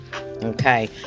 okay